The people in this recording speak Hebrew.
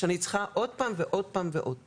כשאני צריכה עוד הפעם לצאת מהארון ועוד פעם ועוד פעם,